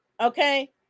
Okay